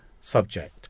subject